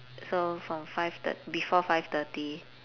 so from five thirt~ before five thirty